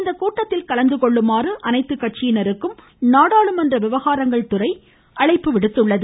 இக்கூட்டத்தில் கலந்து கொள்ளுமாறு அனைத்துக்கட்சியினருக்கும் நாடாளுமன்ற விவகாரங்கள் துறை அழைப்பு விடுத்துள்ளது